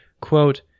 quote